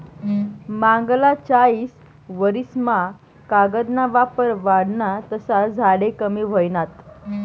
मांगला चायीस वरीस मा कागद ना वापर वाढना तसा झाडे कमी व्हयनात